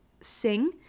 sing